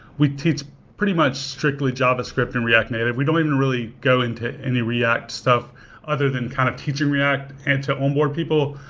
we teach pretty much strictly javascript and react native. we don't even really go into any react stuff other than kind of teaching react and to onboard people.